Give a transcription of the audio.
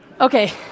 Okay